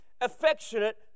affectionate